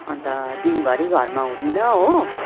अन्त दिनभरि घरमा हुँदिनँ हो